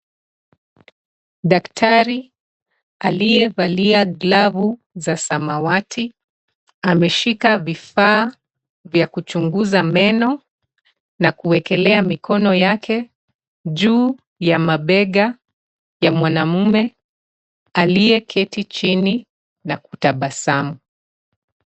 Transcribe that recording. Daktari aliyevalia glavu za samawati ameshika vifaa vya kuchunguza meno na kuwekelea mikono yake juu ya mabega ya mwanamme aliyeketi chini na kutabasamu.